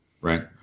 Right